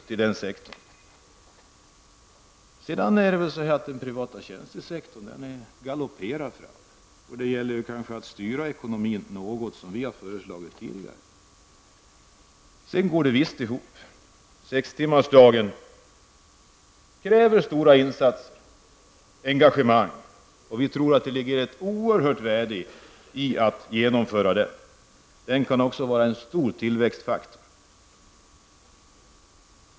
Utvecklingstakten i den privata tjänstesektorn är däremot galopperande. Det gäller då att kunna styra ekonomin -- något som vi i vänsterpartiet tidigare har föreslagit. Visst går våra förslag och lösningar ihop. Införandet av sex timmars arbetsdag kräver stora insatser och engagemang. Vi tror att det vore oehört värdefullt om den reformen genomfördes, och den kan också utgöra en stor tillväxtfaktor.